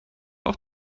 auch